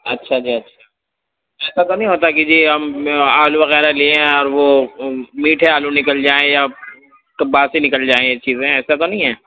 اچھا جی اچھا ایسا تو نہیں ہوتا کہ جی ہم آلو وغیرہ لیے ہیں اور وہ میٹھے آلو نکل جائیں یا تو باسی نکل جائیں یہ چیزیں ایسا تو نہیں ہیں